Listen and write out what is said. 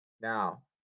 Now